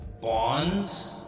bonds